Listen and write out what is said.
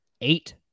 eight